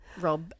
Rob